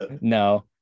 No